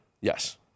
Yes